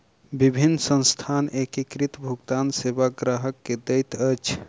विभिन्न संस्थान एकीकृत भुगतान सेवा ग्राहक के दैत अछि